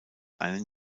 einen